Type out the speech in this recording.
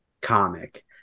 comic